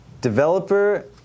developer